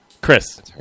Chris